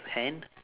hand